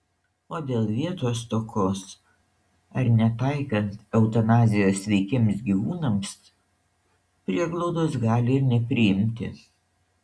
o dėl vietos stokos ar netaikant eutanazijos sveikiems gyvūnams prieglaudos gali ir nepriimti